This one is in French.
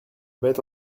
bête